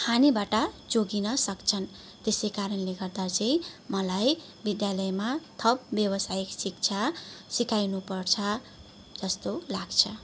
हानीबाट जोगिन सक्छन् त्यसै कारणले गर्दा चाहिँ मलाई विद्यालयमा थप व्यावसायिक शिक्षा सिकाउनु पर्छ जस्तो लाग्छ